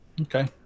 Okay